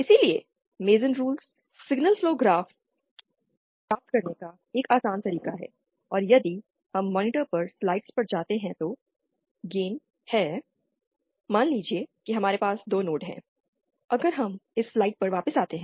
इसलिए Mason's rules signal flow graph को प्राप्त करने का एक आसान तरीका है और यदि हम मॉनिटर पर स्लाइड्स पर जाते हैं तो गेन है मान लीजिए कि हमारे पास 2 नोड हैं अगर हम स्लाइड पर वापस आते हैं